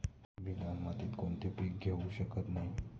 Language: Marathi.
मी लाल मातीत कोणते पीक घेवू शकत नाही?